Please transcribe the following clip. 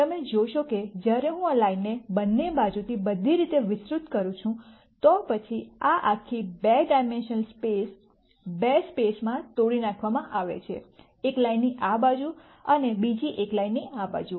તમે જોશો કે જ્યારે હું આ લાઇનને બંને બાજુથી બધી રીતે વિસ્તૃત કરું છું તો પછી આ આખી બે ડાયમેન્શનલ સ્પેસ બે સ્પેસમાં તોડી નાખવામાં આવે છે એક લાઇનની આ બાજુ અને બીજી એક લાઇનની આ બાજુ